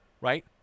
Right